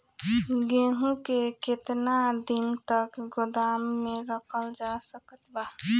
गेहूँ के केतना दिन तक गोदाम मे रखल जा सकत बा?